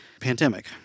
pandemic